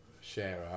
share